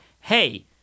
Hey